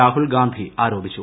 രാഹുൽ ഗാന്ധി ആരോപിച്ചു